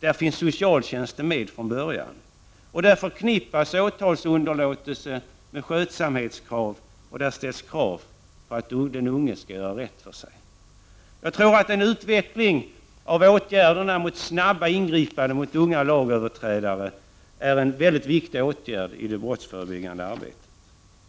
Där finns socialtjänsten med från början. Där förknippas åtalsunderlåtelse med skötsamhetskrav och där ställs krav på att den unge skall göra rätt för sig. Jag tror att en utveckling av åtgärderna för snabba ingripanden mot unga lagöverträdare är mycket viktig i det brottsförebyggande arbetet.